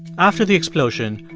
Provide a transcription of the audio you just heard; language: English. after the explosion,